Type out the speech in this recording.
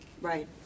Right